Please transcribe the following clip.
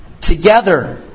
together